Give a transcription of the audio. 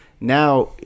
now